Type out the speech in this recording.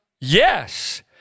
yes